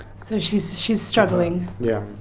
so, she's she's struggling. yeah.